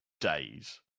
days